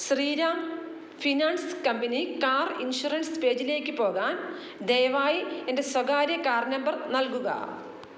Shriram finance company car insurance പേജിലേക്ക് പോകാൻ ദയവായി എന്റെ സ്വകാര്യ കാർ നമ്പർ നൽകുക